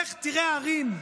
לא פירקנו,